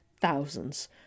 Thousands